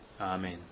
Amen